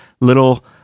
little